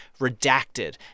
redacted